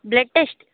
blood test